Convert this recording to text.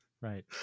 Right